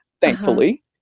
thankfully